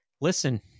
listen